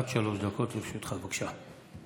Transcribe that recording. עד שלוש דקות לרשותך, בבקשה.